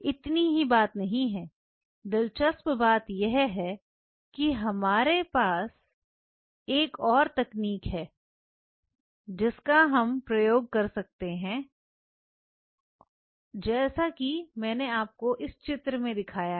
इतनी ही बात नहीं है दिलचस्प बात यह है कि हमारे पास एक और तकनीक है जिसका प्रयोग कर सकते हैं जैसा कि मैंने आपको इस चित्र में दिखाया है